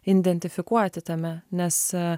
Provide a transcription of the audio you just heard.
identifikuoti tame nes